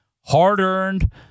hard-earned